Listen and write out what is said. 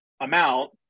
amount